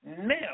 now